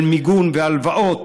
של מיגון והלוואות,